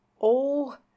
Oh